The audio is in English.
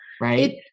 Right